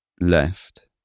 left